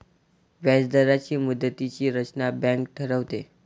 व्याजदरांची मुदतीची रचना बँक ठरवते